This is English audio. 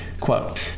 Quote